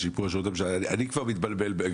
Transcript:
אני כבר מתבלבל.